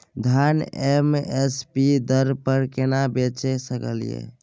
धान M S P दर पर केना बेच सकलियै?